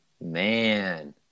Man